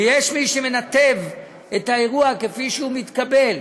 ויש מי שמנתב את האירוע, כפי שהוא מתקבל